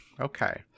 Okay